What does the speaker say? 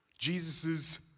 jesuss